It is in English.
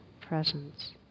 presence